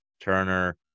Turner